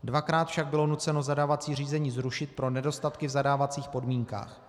Dvakrát však bylo nuceno zadávací řízení zrušit pro nedostatky v zadávacích podmínkách.